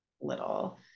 little